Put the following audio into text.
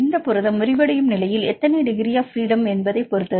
இந்த புரதம் விரிவடையும் நிலையில் எத்தனை டிகிரி பிரீடம் என்பதைப் பொறுத்தது